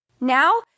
Now